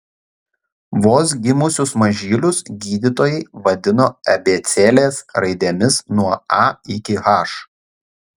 vos gimusius mažylius gydytojai vadino abėcėlės raidėmis nuo a iki h